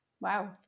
Wow